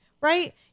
right